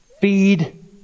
feed